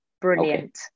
brilliant